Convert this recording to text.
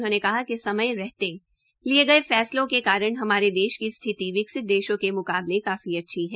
उन्होंने कहा कि समय रहते लिये गये फैसलों के कारण हमारे देश की स्थिति विकसित देशों के मुकाबले कॉफी अच्छी है